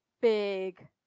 big